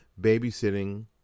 babysitting